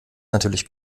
natürlich